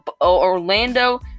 Orlando